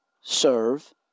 serve